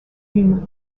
une